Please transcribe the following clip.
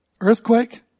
Earthquake